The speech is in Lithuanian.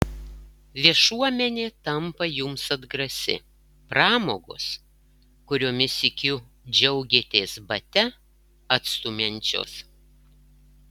viešuomenė tampa jums atgrasi pramogos kuriomis sykiu džiaugėtės bate atstumiančios